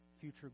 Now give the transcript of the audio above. future